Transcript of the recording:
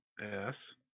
yes